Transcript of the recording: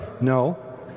No